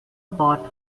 path